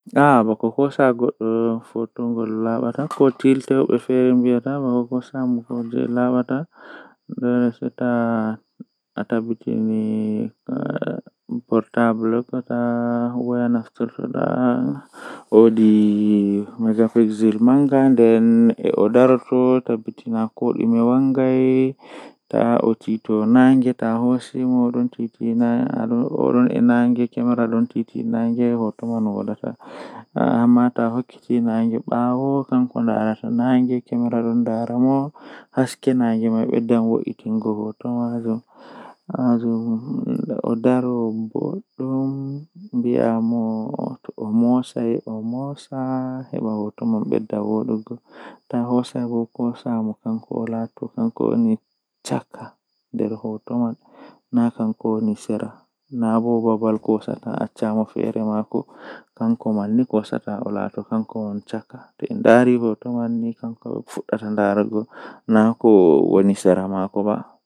Kanjum fu be ndiyam be buutol be omo malla sabulu mi sofna dum haa ndiyam mi wara mi vuuwa mi loota dum be ndiyam laaba masin.